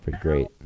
great